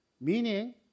Meaning